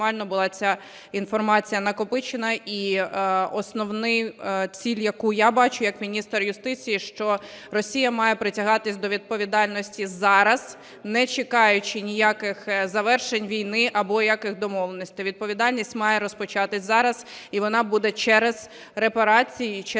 відповідальність має розпочатися зараз і вона буде через репарації і через стягнення